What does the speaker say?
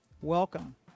Welcome